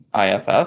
IFF